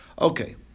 Okay